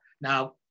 Now